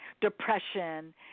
depression